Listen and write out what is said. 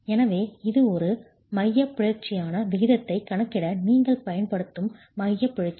எனவே இது மையப் பிறழ்ச்சியான விகிதத்தைக் கணக்கிட நீங்கள் பயன்படுத்தும் மையப் பிறழ்ச்சி